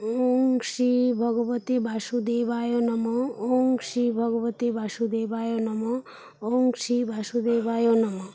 ওম শ্রী ভগবতে বাসুদেবায় নমঃ ওম শ্রী ভগবতে বাসুদেবায় নমঃ ওম শ্রী বাসুদেবায় নমঃ